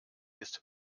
ist